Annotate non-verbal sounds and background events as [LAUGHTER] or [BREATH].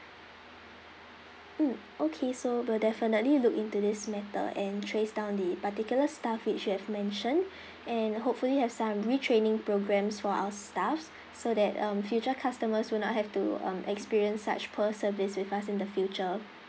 mm okay so we'll definitely look into this matter and trace down the particular staff which you've mentioned [BREATH] and hopefully have some retraining programmes for our staff so that um future customers will not have to um experience such poor service with us in the future